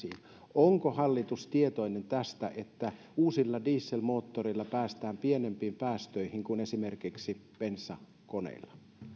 onko hallitus tietoinen tästä että uusilla dieselmoottoreilla päästään pienempiin päästöihin kuin esimerkiksi bensakoneilla